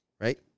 Right